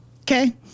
Okay